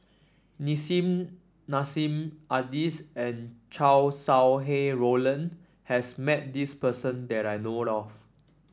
Nissim Nassim Adis and Chow Sau Hai Roland has met this person that I know of